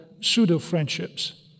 pseudo-friendships